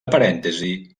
parèntesis